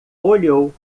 olhou